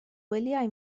wyliau